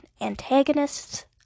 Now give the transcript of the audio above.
antagonists